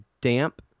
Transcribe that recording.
damp